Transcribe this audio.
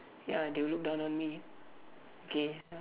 ya they will look down on me K